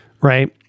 right